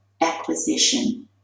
acquisition